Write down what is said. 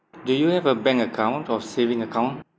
do you have a bank account or saving account